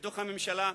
בתוך הממשלה,